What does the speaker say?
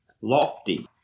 lofty